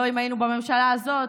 לא אם היינו בממשלה הזאת,